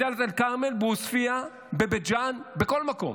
בדאלית אל-כרמל, בעוספיא, בבית ג'ן, בכל מקום.